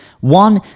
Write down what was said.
one